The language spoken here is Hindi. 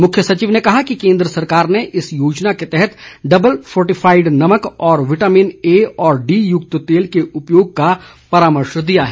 मुख्य सचिव ने कहा कि केन्द्र सरकार ने इस योजना के तहत डबल फोर्टिफाईड नमक और विटामिन ए और डी युक्त तेल के उपयोग का परामर्श दिया है